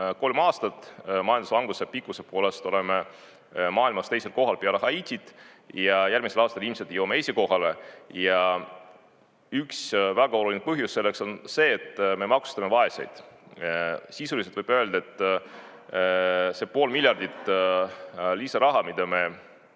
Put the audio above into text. kolm aastat. Majanduslanguse pikkuse poolest oleme maailmas teisel kohal peale Haitit ja järgmisel aastal ilmselt jõuame esikohale. Ja üks väga oluline põhjus selleks on see, et me maksustame vaeseid. Sisuliselt võib öelda, et see pool miljardit lisaraha, mida me